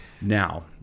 Now